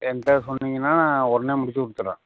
என்கிட்ட சொன்னீங்கன்னால் உடனே முடிச்சு கொடுத்துர்றேன்